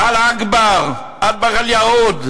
"אללה אכבר", "אטבח אל-יהוד".